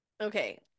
Okay